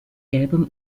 gelbem